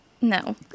no